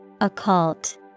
Occult